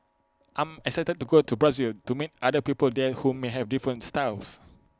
I'm excited to go to Brazil to meet other people there who may have different styles